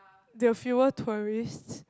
there were fewer tourists